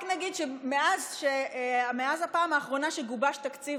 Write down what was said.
רק נגיד שמאז הפעם האחרונה שגובש תקציב,